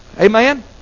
Amen